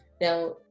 Now